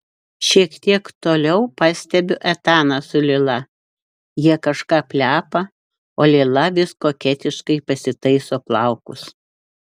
šiek tiek toliau pastebiu etaną su lila jie kažką plepa o lila vis koketiškai pasitaiso plaukus